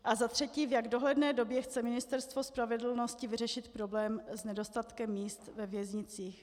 A za třetí, v jak dohledné době chce Ministerstvo spravedlnosti vyřešit problém s nedostatkem míst ve věznicích?